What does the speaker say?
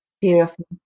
Beautiful